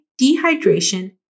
dehydration